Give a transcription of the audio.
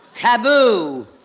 Taboo